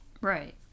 Right